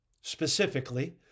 specifically